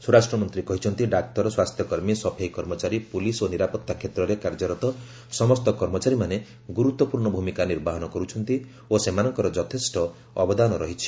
ସ୍ୱରାଷ୍ଟ୍ର ମନ୍ତ୍ରୀ କହିଛନ୍ତି ଡାକ୍ତର ସ୍ୱାସ୍ଥ୍ୟକର୍ମୀ ସଫେଇ କର୍ମଚାରୀ ପୁଲିସ୍ ଓ ନିରାପତ୍ତା କ୍ଷେତ୍ରରେ କାର୍ଯ୍ୟରତ ସମସ୍ତ କର୍ମଚାରୀମାନେ ଗୁରୁତ୍ୱପୂର୍ଣ୍ଣ ଭୂମିକା ନିର୍ବାହନ କରୁଛନ୍ତି ଓ ସେମାନଙ୍କର ଯଥେଷ୍ଟ ଅବଦାନ ରହିଛି